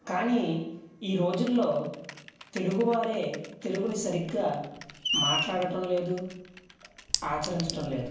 కానీ ఈ రోజుల్లో తెలుగువారే తెలుగుని సరిగ్గా మాట్లాడటం లేదు ఆచరించడం లేదు